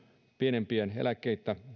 pienimpiä eläkkeitä